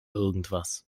irgendwas